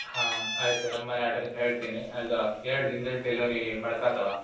ಹಾಂ ಆಯಿತು ನಮ್ಮನೆ ಅಡ್ರಸ್ ಹೇಳ್ತೀನಿ ಅದು ಎರಡು ದಿನ್ದಲ್ಲಿ ಡೆಲಿವರಿ ಮಾಡಕಾತವಾ